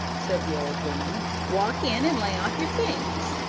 said the old woman walk in and lay off your things.